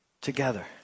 together